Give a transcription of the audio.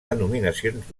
denominacions